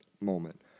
moment